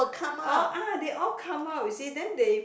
all ah they all come out you see then they